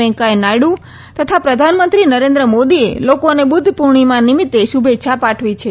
વેકૈયા નાયડુ અને પ્રધાનમંત્રી નરેન્દ્ર મોદીએ લોકોને બુદ્ધપુર્ણિમા નિમિત્તે શુભેચ્છા પાઠવી છે